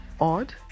odd